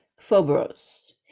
Phobos